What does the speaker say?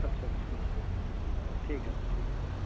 আচ্ছা আচ্ছা ঠিক আছে ঠিক আছে